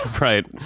right